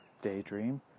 daydream